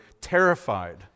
terrified